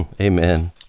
Amen